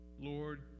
Lord